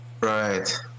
Right